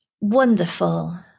wonderful